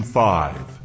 five